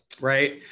right